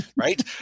right